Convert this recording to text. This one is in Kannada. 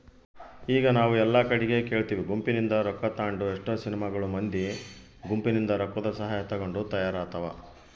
ಈಗ ನಾವು ಎಲ್ಲಾ ಕಡಿಗೆ ಕೇಳ್ತಿವಿ ಗುಂಪಿನಿಂದ ರೊಕ್ಕ ತಾಂಡು ಎಷ್ಟೊ ಸಿನಿಮಾಗಳು ಮಂದಿ ಗುಂಪಿನಿಂದ ರೊಕ್ಕದಸಹಾಯ ತಗೊಂಡು ತಯಾರಾತವ